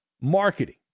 marketing